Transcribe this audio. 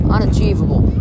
Unachievable